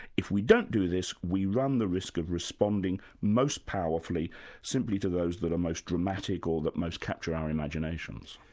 if we don't do this we run the risk of responding most powerfully simply to those that are the most dramatic or that most capture our imaginations.